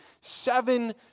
seven